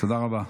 תודה רבה.